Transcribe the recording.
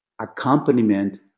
accompaniment